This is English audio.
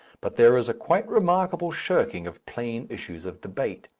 but there is a quite remarkable shirking of plain issues of debate.